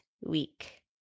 week